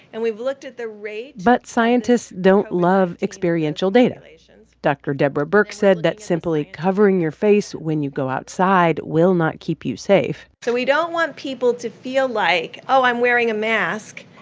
and we've looked at the rate. but scientists don't love experiential data. dr. deborah birx said that simply covering your face when you go outside will not keep you safe so we don't want people to feel like, oh, i'm wearing a mask.